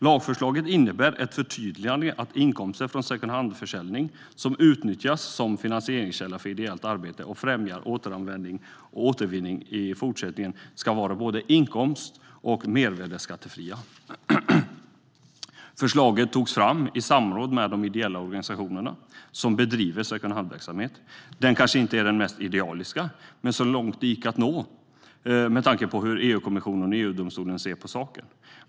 Lagförslaget innebär ett förtydligande om att inkomster från secondhandförsäljning som utnyttjas som finansieringskälla för ideellt arbete och främjar återanvändning och återvinning i fortsättningen ska vara både inkomst och mervärdesskattefria. Förslaget togs fram i samråd med de ideella organisationer som bedriver secondhandverksamhet. Det är kanske inte det mest idealiska, men det var så långt det gick att nå, med tanke på hur EU-kommissionen och EU-domstolen ser på saken.